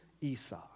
Esau